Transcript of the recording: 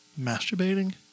masturbating